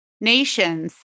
nations